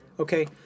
Okay